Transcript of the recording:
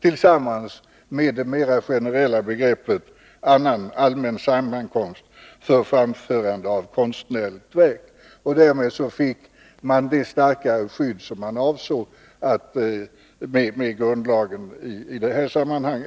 tillsammans med det mer generella begreppet annan allmän sammankomst för framförande av konstnärligt verk. Därmed fick man det starkare skydd som man avsåg med grundlagen i dessa sammanhang.